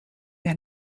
mehr